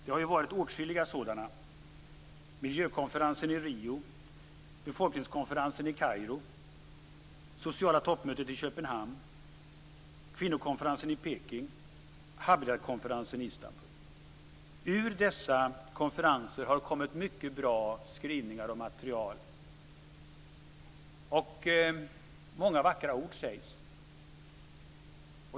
Det har ju varit åtskilliga sådana: miljökonferensen i Rio, befolkningskonferensen i Kairo, sociala toppmötet i Ur dessa konferenser har det kommit mycket bra skrivningar och material, och många vackra ord sägs.